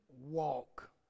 walk